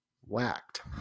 whacked